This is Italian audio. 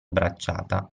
bracciata